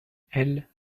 elles